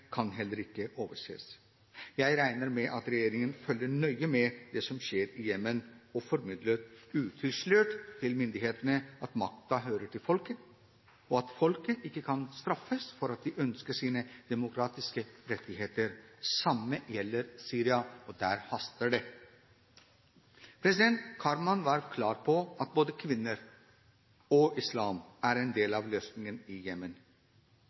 kan heller ikke overses. Jeg regner med at regjeringen følger nøye med på det som skjer i Jemen, og formidler utilslørt til myndighetene at makten hører til folket, og at folket ikke kan straffes for at de ønsker sine demokratiske rettigheter. Det samme gjelder Syria, og der haster det. Karman var klar på at både kvinner og islam er en del av løsningen i Jemen.